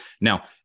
Now